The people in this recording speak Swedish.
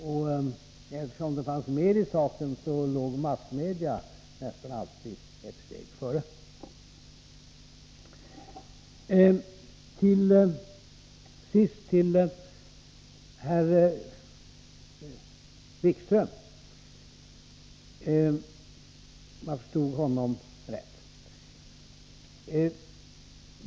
Men eftersom det fanns mer i saken låg massmedia nästan alltid ett steg före. Till sist vill jag säga följande till herr Wikström, om jag förstått honom rätt.